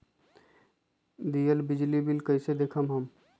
दियल बिजली बिल कइसे देखम हम?